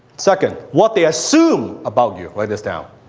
second what they assume about you. write this down.